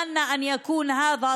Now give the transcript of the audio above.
אנו מקווים שזה יהיה